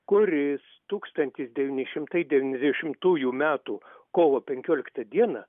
kuris tūkstantis devyni šimtai devyniasdešimtųjų metų kovo penkioliktą dieną